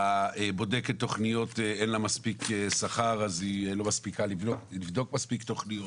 בודקת התכניות לא מקבלת מספיק שכר אז היא לא מספיקה לבדוק מספיק תכניות.